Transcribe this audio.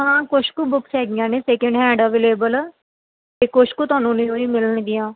ਹਾਂ ਕੁਛ ਕੁ ਬੁੱਕਸ ਹੈਗੀਆਂ ਨੇ ਸੈਕਿੰਡ ਹੈਂਡ ਅਵੇਲੇਬਲ ਅਤੇ ਕੁਛ ਕੁ ਤੁਹਾਨੂੰ ਨਿਊ ਹੀ ਮਿਲਣਗੀਆਂ